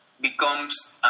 becomes